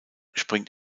springt